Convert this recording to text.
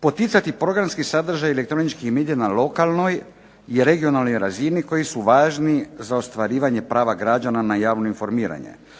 poticati programski sadržaj elektroničkih medija na lokalnoj i regionalnoj razini koji su važni za ostvarivanje prava građana na javno informiranje,